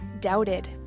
doubted